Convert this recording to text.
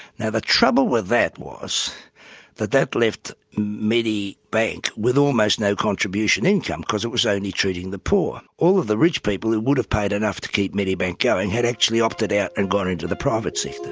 now the trouble with that was that that left medibank with almost no contribution income, because it was only treating the poor. all of the rich people who would have paid enough to keep medibank going had actually opted out and gone into the private sector.